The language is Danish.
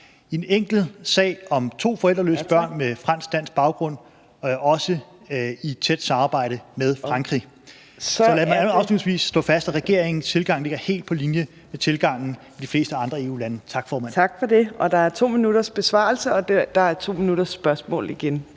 I en enkelt sag om to forældreløse børn med fransk-dansk baggrund er det også sket i et tæt samarbejde med Frankrig. Så lad mig afslutningsvis slå fast, at regeringens tilgang ligger helt på linje med tilgangen i de fleste andre EU-lande. Tak, formand. Kl. 15:03 Fjerde næstformand (Trine